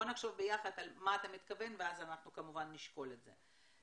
נחשוב ביחד מה אתה מתכוון ואז אנחנו כמובן נשקול את זה.